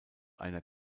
einer